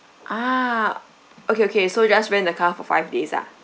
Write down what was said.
ah okay okay so just rent the car for five days ah